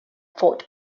fort